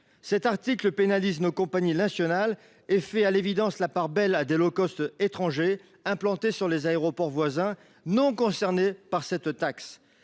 Cet article pénalise nos compagnies nationales et fait à l’évidence la part belle à des compagnies étrangères, implantées sur les aéroports voisins non concernés par cette taxe.